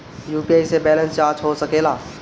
UPI से balance जाँच हो सके ला?